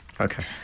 Okay